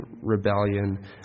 rebellion